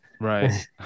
Right